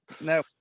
no